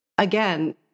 Again